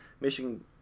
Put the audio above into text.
Michigan